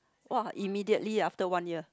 !wah! immediately after one year